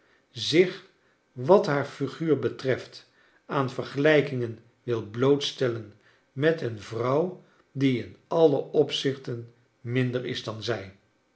zich wat haar figuur betreft aan vergelijkingen wil bloot stellen met een vrouw die in alle opzichten minder is dan zij